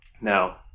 Now